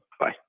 bye